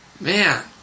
Man